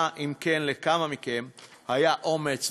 אם לכמה מכם היה אומץ,